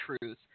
truth